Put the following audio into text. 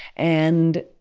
and